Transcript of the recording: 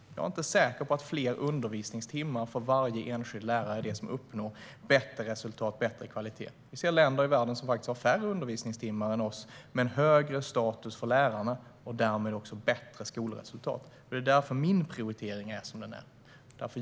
Jag är inte säker på att det är fler undervisningstimmar för varje enskild lärare som gör att vi uppnår bättre resultat och kvalitet. Vi ser länder i världen som faktiskt har färre undervisningstimmar än vi men som har en högre status för lärarna och därmed bättre skolresultat. Det är därför min prioritering är som den är.